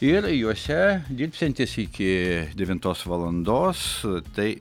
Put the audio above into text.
ir juose dirbsiantis iki devintos valandos tai